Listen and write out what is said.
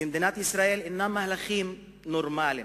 במדינת ישראל אינן מהלכים נורמליים,